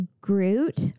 Groot